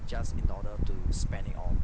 just in order to spend it all